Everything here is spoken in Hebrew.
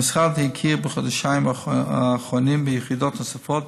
המשרד הכיר בחודשים האחרונים ביחידות נוספות,